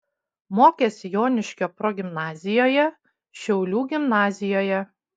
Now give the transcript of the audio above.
mokėsi joniškio progimnazijoje šiaulių gimnazijoje